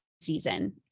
season